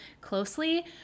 closely